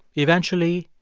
eventually,